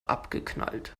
abgeknallt